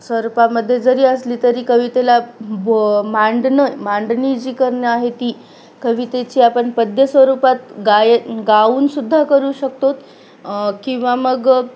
स्वरूपामध्ये जरी असली तरी कवितेला भ मांडणं मांडणी जी करणं आहे ती कवितेची आपण पद्य स्वरूपात गाय गाऊनसुद्धा करू शकतात किंवा मग